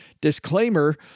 disclaimer